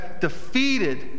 defeated